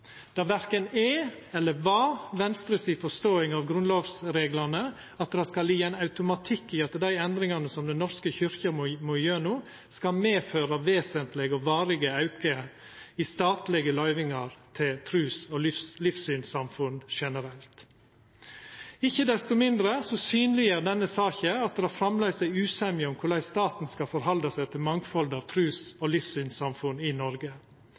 Det verken er eller var Venstre si forståing av grunnlovsreglane at det skal liggja ein automatikk i at dei endringane som Den norske kyrkja må gjennom, skal medføra vesentlege og varige aukar i statlege løyvingar til trus- og livssynssamfunn generelt. Ikkje desto mindre synleggjer denne saka at det framleis er usemje om korleis staten skal møta mangfaldet av trus- og livssynssamfunn i Noreg.